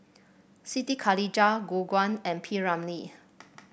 Siti Khalijah Gu Juan and P Ramlee